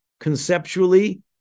conceptually